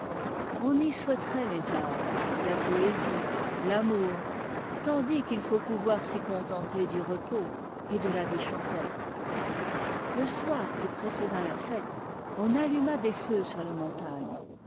on y souhaiterait les arts la poésie l'amour tandis qu'il faut pouvoir s'y contenter du repos et de la vie champêtre le soir qui précéda la fête on alluma des feux sur les montagnes